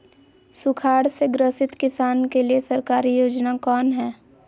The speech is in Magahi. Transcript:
सुखाड़ से ग्रसित किसान के लिए सरकारी योजना कौन हय?